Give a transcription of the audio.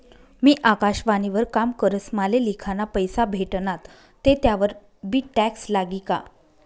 मी आकाशवाणी वर काम करस माले लिखाना पैसा भेटनात ते त्यावर बी टॅक्स लागी का?